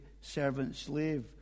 servant-slave